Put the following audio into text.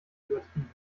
übertrieben